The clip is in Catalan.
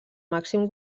màxim